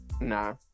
Nah